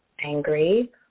angry